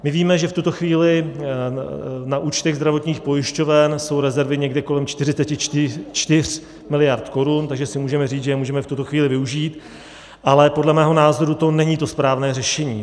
My víme, že v tuto chvíli na účtech zdravotních pojišťoven jsou rezervy někde kolem 44 miliard korun, takže si můžeme říct, že je můžeme v tuto chvíli využít, ale podle mého názoru to není to správné řešení.